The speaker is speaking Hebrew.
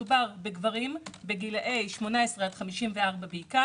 מדובר בגברים בגילאי 18 54 בעיקר,